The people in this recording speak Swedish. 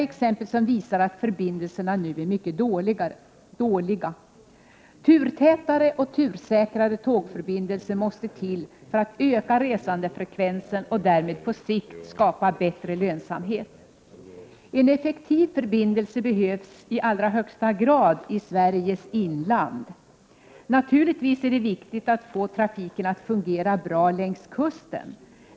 I allra högsta grad behövs det en effektiv förbindelse i Sveriges inland. 49 Prot. 1988/89:107 Naturligtvis är det viktigt att få trafiken att fungera bra längs kusten.